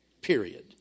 period